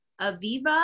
Aviva